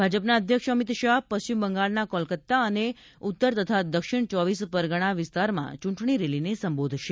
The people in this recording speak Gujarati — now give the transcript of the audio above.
ભાજપના અધ્યક્ષ અમિત શાહ પશ્ચિમ બંગાળના કોલકતા અને ઉત્તર તથા દક્ષિણ ચોવીસ પરગણા વિસ્તારમાં ચૂંટણી રેલીને સંબોધશે